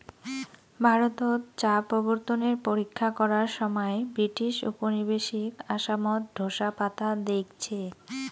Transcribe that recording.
ভারতত চা প্রবর্তনের পরীক্ষা করার সমাই ব্রিটিশ উপনিবেশিক আসামত ঢোসা পাতা দেইখছে